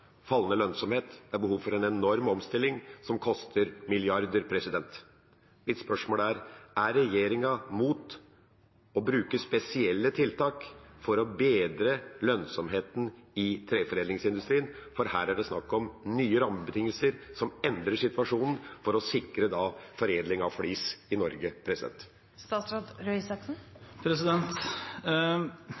fallende lønnsomhet. Det er behov for en enorm omstilling som koster milliarder. Mitt spørsmål er: Er regjeringa imot å bruke spesielle tiltak for å bedre lønnsomheten i treforedlingsindustrien? For her er det snakk om nye rammebetingelser som endrer situasjonen, for å sikre foredling av flis i Norge.